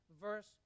verse